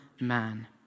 man